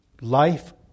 life